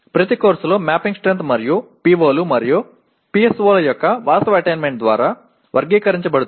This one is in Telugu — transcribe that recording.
ప్రతి కోర్సులో మ్యాపింగ్ స్ట్రెంగ్త్ మరియు PO లు మరియు PSO ల యొక్క వాస్తవ అటైన్మెంట్ ద్వారా వర్గీకరించబడుతుంది